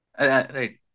right